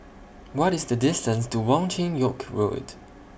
What IS The distance to Wong Chin Yoke Road